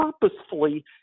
purposefully